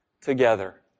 together